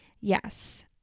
Yes